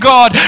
God